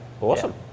awesome